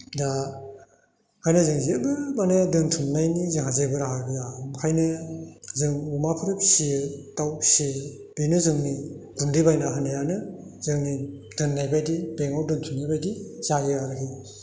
दा ओंखायनो जों जेबो माने दोनथुमनायनि जोंहा जेबो राहा गैया ओंखायनो जों अमाफोर फिसियो दाउ फिसियो बेनो जोंनि गुन्दै बायना होनायानो जोंनि दोननाय बायदि बेंकआव दोनथुमनाय बायदि जायो आरो